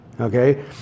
Okay